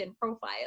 profile